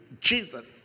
Jesus